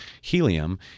helium